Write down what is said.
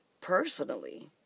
personally